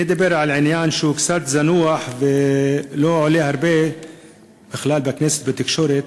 אני אדבר על עניין שהוא קצת זנוח ולא עולה הרבה בכנסת ובתקשורת,